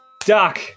Doc